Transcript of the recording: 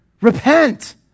Repent